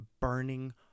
burning